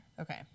Okay